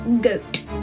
Goat